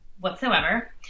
whatsoever